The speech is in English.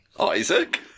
Isaac